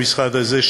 המשרד הזה,